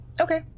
Okay